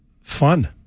fun